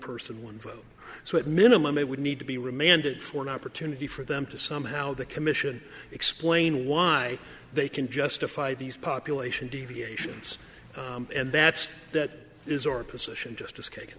person one vote so at minimum they would need to be remanded for an opportunity for them to somehow the commission explain why they can justify these population deviations and that's that is our position justice